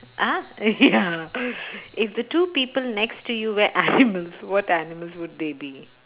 ah ya if the two people next to you were animals what animals would they be